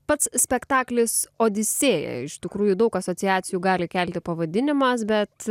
pats spektaklis odisėja iš tikrųjų daug asociacijų gali kelti pavadinimas bet